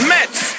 Mets